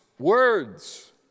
words